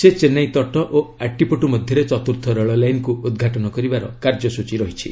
ସେ ଚେନ୍ନାଇ ତଟ ଓ ଆଟ୍ଟିପଟ୍ଟୁ ମଧ୍ୟରେ ଚତୁର୍ଥ ରେଳଲାଇନକୁ ଉଦ୍ଘାଟନ କରିବାର କାର୍ଯ୍ୟସୂଚୀ ରହିଛି